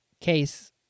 case